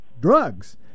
drugs